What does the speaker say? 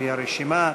על-פי הרשימה.